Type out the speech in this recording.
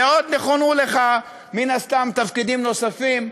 ועוד נכונו לך מן הסתם תפקידים נוספים.